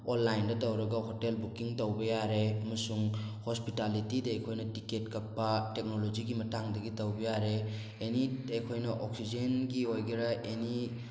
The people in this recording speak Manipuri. ꯑꯣꯟꯂꯥꯏꯟꯗ ꯇꯧꯔꯒ ꯍꯣꯇꯦꯜ ꯕꯨꯛꯀꯤꯡ ꯇꯧꯕ ꯌꯥꯔꯦ ꯑꯃꯁꯨꯡ ꯍꯣꯁꯄꯤꯇꯥꯂꯤꯇꯤꯗ ꯑꯩꯈꯣꯏꯅ ꯇꯤꯀꯦꯠ ꯀꯛꯄ ꯇꯦꯛꯅꯣꯂꯣꯖꯤꯒꯤ ꯃꯇꯥꯡꯗꯒꯤ ꯇꯧꯕ ꯌꯥꯔꯦ ꯑꯦꯅꯤ ꯑꯩꯈꯣꯏꯅ ꯑꯣꯛꯁꯤꯖꯦꯟꯒꯤ ꯑꯣꯏꯒꯦꯔꯥ ꯑꯦꯅꯤ